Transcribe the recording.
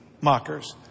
mockers